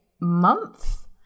month